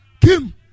Kim